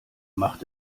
macht